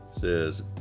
says